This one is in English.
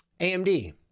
AMD